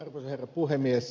arvoisa herra puhemies